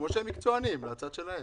כמו שהם מקצוענים, מהצד שלהם.